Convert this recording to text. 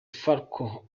falcao